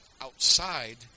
outside